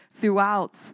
throughout